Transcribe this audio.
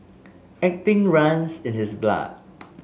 acting runs in his blood